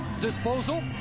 disposal